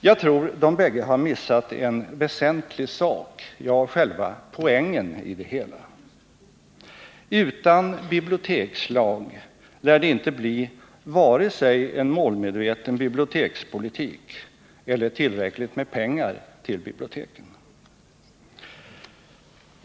Jag tror de bägge har missat en väsentlig sak, ja, själva poängen i det hela: utan bibliotekslag lär det inte bli vare sig en målmedveten bibliotekspolitik eller tillräckligt med pengar till biblioteken.